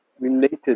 related